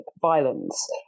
violence